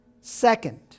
Second